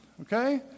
Okay